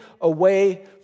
away